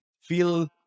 feel